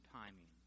timing